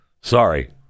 sorry